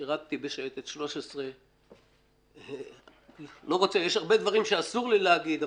שירתי בשייטת 13. יש הרבה דברים שאסור לי להגיד,